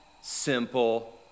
simple